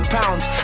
pounds